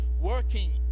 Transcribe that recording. working